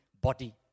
Body